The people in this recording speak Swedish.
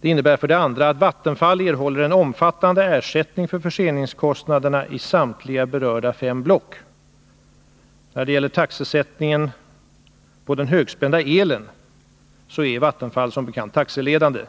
Det innebär för det andra att Vattenfall erhåller en omfattande ersättning för förseningskostnaderna i samtliga berörda fem block. Vattenfall är som bekant taxeledande när det gäller högspänd el.